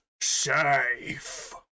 safe